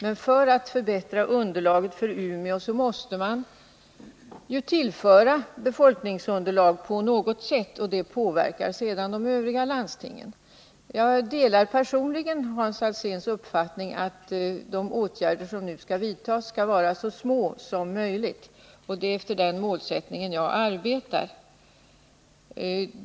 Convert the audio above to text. Men för att förbättra situationen för Umeå måste man tillföra befolkningsunderlag på något sätt, och det påverkar de övriga landstingen. Jag delar personligen Hans Alséns uppfattning att de åtgärder som skall vidtas skall vara så små som möjligt. Det är med den målsättningen jag arbetar.